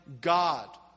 God